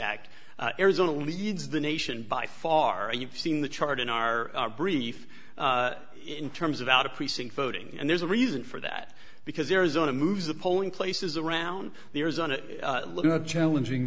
act arizona leads the nation by far you've seen the chart in our brief in terms of out of precinct voting and there's a reason for that because arizona moves the polling places around the arizona challenging